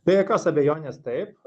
be jokios abejonės taip